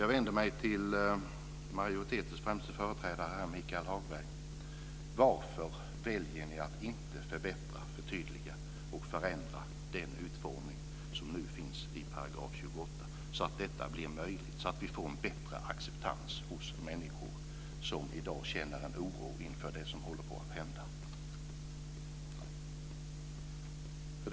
Jag vänder mig till majoritetens främste företrädare Michael Hagberg: Varför väljer ni inte att förbättra, förtydliga och förändra den utformning som nu finns i 28 § så att vi får en bättre acceptans hos människor som i dag känner en oro inför det som håller på att hända?